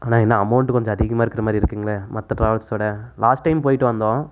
அண்ணா என்ன அமௌண்ட் அதிகமாக இருக்கிற மாதிரி இருக்குதுங்களே மற்ற ட்ராவல்ஸோடு லாஸ்ட் டைம் போய்விட்டு வந்தோம்